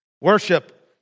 Worship